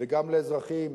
וגם לאזרחים